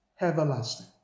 everlasting